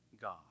God